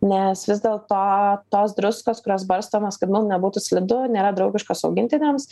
nes vis dėl to tos druskos kurios barstomos kad mum nebūtų slidu nėra draugiškos augintiniams